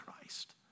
Christ